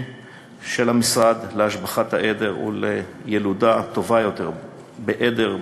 של המשרד להשבחת העדר ולילודה טובה יותר בעדר,